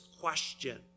question